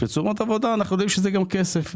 שתשומות עבודה אנחנו יודעים שזה גם כסף,